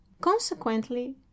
consequently